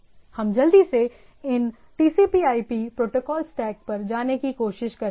हम जल्दी से इन TCP IP TCPIP protocol stack पर जाने की कोशिश करते हैं